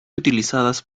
utilizadas